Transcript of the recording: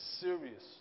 serious